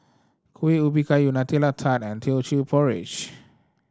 Kueh Ubi Kayu Nutella Tart and Teochew Porridge